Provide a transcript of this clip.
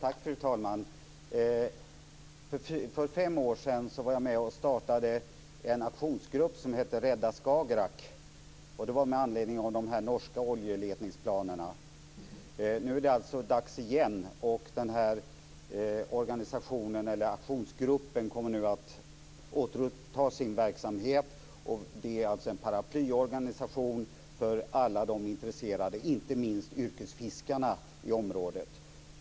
Fru talman! För fem år sedan var jag med och startade en aktionsgrupp som hette Rädda Skagerrak. Det var med anledning av de norska oljeletningsplanerna. Nu är det alltså dags igen. Den här aktionsgruppen kommer nu att återuppta sin verksamhet. Det är alltså en paraplyorganisation för alla intresserade i området, inte minst yrkesfiskarna.